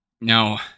Now